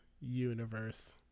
universe